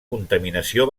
contaminació